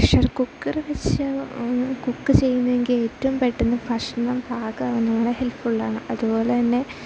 pressure cooker വെച്ച് cook ചെയ്യുന്നെങ്കിലേറ്റവും പെട്ടെന്ന് ഭക്ഷ്ണം പാകമാക്കുന്നതിന് ഹെൽപ്ഫുള്ളാണ് അതു പോലെ തന്നെ